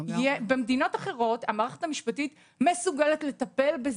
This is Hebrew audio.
במדינות אחרות המערכת המשפטית מסוגלת לטפל בזה.